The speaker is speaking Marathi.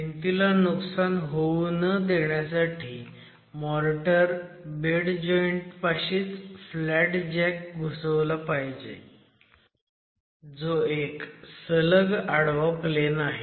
भिंतीला नुकसान होऊ न देण्यासाठी मोर्टर बेड जॉईंट पाशीच फ्लॅट जॅक घुसवला पाहिजे जो एक सलग आडवा प्लेन आहे